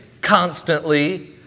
constantly